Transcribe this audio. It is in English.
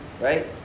Right